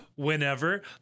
whenever